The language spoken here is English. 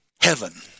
Heaven